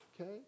okay